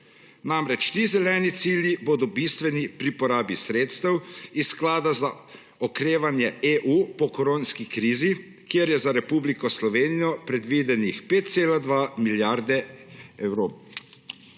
ponuja. Ti zeleni cilji bodo bistveni pri porabi sredstev iz sklada za okrevanje EU po koronski krizi, kjer je za Republiko Slovenijo predvidenih 5,2 milijarde evrov.